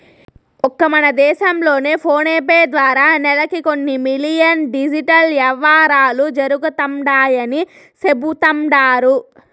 ఒక్క మన దేశం లోనే ఫోనేపే ద్వారా నెలకి కొన్ని మిలియన్ డిజిటల్ యవ్వారాలు జరుగుతండాయని సెబుతండారు